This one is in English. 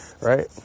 right